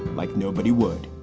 like nobody would.